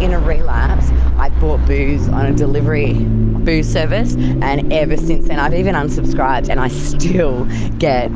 in a relapse i bought booze on a delivery booze service and ever since then, and i've even unsubscribed, and i still get